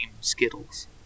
Skittles